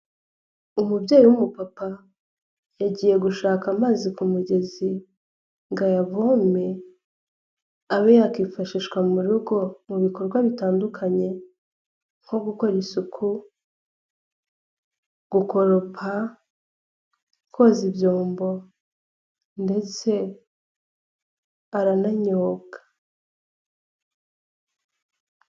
Umubyeyi w'umupapa, yagiye gushaka amazi ku mugezi ngo ayavome, abe yakifashishwa mu rugo mu bikorwa bitandukanye nko gukora isuku, gukoropa, koza ibyombo ndetse arananyobwa.